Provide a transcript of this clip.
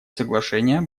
соглашения